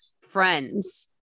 friends